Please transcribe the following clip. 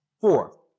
Four